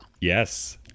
Yes